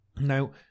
Now